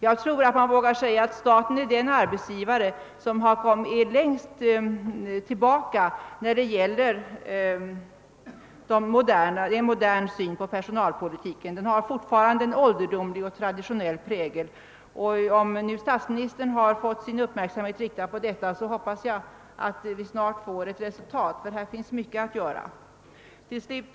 Jag tror att man vågar säga att staten är den arbetsgivare som står längst tillbaka när det gäller en modern syn på personalpolitiken. Statens personalpolitik har fortfarande en ålderdomlig och traditionell prägel. Om statsministern nu fått sin uppmärksamhet riktad på detta, hoppas jag att vi också snart skall få se resultat därav, ty det finns mycket att göra i detta avseende.